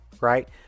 Right